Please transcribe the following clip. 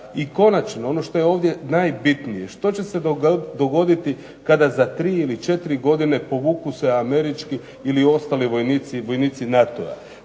I konačno, ono što je ovdje najbitnije, što će se dogoditi kada za 3 ili 4 godine povuku se američki ili ostali vojnici NATO-a?